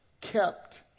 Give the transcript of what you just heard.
kept